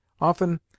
Often